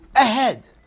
ahead